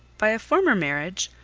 by a former marriage,